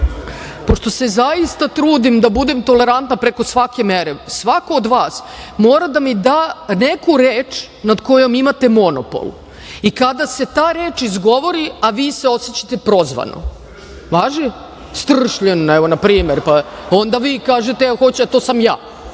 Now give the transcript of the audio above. se zaista trudim da budem tolerantna preko svake mere, svako od vas mora da mi da neku reč nad kojom imate monopol i kada se ta reč izgovori, a vi se osećate prozvano, važi, „stršljen“ evo na primer, pa onda vi kažete, evo to sam ja,